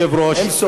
אדוני.